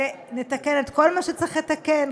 ונתקן את כל מה שצריך לתקן,